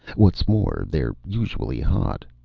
what's more, they're usually hot.